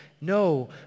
No